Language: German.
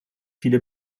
viele